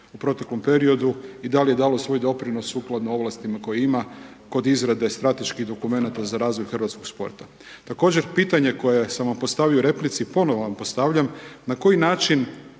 u proteklom periodu i da li je dalo svoj doprinos sukladno ovlasti koje ima kod izrade strateških dokumenata za razvoj hrvatskog sporta. Također pitanje koje sam vam postavio u replici, ponovo vam postavljam, na koji način